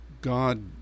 God